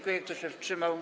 Kto się wstrzymał?